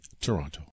Toronto